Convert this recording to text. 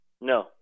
No